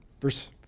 verse